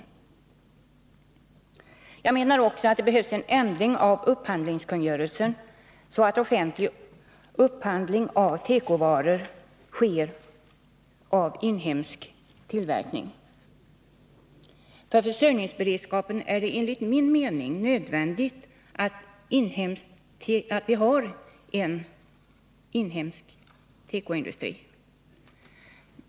Enligt min mening behövs det också en ändring av upphandlingskungörelsen, så att offentlig upphandling av tekovaror kommer att gälla inhemsk tillverkning. Med tanke på försörjningsberedskapen är det, enligt min mening, nödvändigt att vi har en inhemsk tekoindustri.